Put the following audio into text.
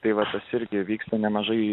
tai vat tas irgi vyksta nemažai